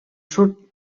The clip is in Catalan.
sud